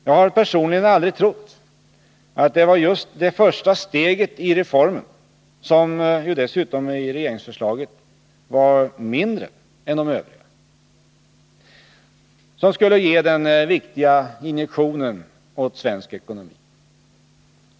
Jag har personligen aldrig trott att det var just det första steget i reformen, som ju dessutom i regeringsförslaget var mindre än de övriga, som skulle ge den viktiga injektionen åt svensk ekonomi.